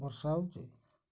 ବର୍ଷା ହେଉଛି